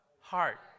Heart